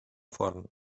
forn